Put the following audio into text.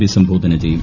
അഭിസംബോധന ചെയ്യും